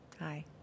Hi